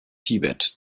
tibet